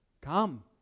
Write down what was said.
come